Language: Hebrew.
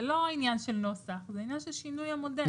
זה לא עניין של נוסח, זה עניין של שינוי המודל.